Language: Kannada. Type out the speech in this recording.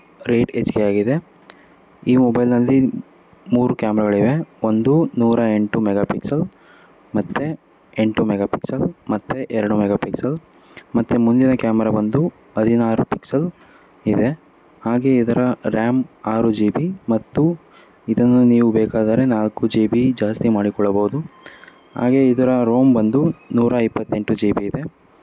ರೇಟ್ ಹೆಚ್ಗೆ ಆಗಿದೆ ಈ ಮೊಬೈಲ್ನಲ್ಲಿ ಮೂರು ಕ್ಯಾಮ್ರಾಗಳಿವೆ ಒಂದು ನೂರ ಎಂಟು ಮೆಗಾಪಿಕ್ಸಲ್ ಮತ್ತು ಎಂಟು ಮೆಗಾಪಿಕ್ಸಲ್ ಮತ್ತು ಎರಡು ಮೆಗಾಪಿಕ್ಸಲ್ ಮತ್ತು ಮುಂದಿನ ಕ್ಯಾಮರ ಬಂದು ಹದಿನಾರು ಪಿಕ್ಸಲ್ ಇದೆ ಹಾಗೆ ಇದರ ರ್ಯಾಮ್ ಆರು ಜಿ ಬಿ ಮತ್ತು ಇದನ್ನು ನೀವು ಬೇಕಾದರೆ ನಾಲ್ಕು ಜಿ ಬಿ ಜಾಸ್ತಿ ಮಾಡಿಕೊಳ್ಳಬೌದು ಹಾಗೆ ಇದರ ರೋಮ್ ಬಂದು ನೂರ ಇಪ್ಪತ್ತೆಂಟು ಜಿ ಬಿ ಇದೆ